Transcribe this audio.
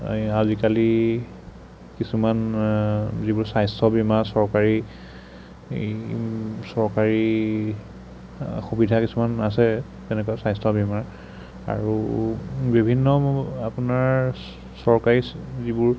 আজিকালি কিছুমান যিবোৰ স্বাস্থ্য বীমা চৰকাৰী চৰকাৰী সুবিধা কিছুমান আছে তেনেকুৱা স্বাস্থ্য বীমাৰ আৰু বিভিন্ন আপোনাৰ চৰকাৰী যিবোৰ